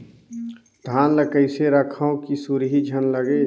धान ल कइसे रखव कि सुरही झन लगे?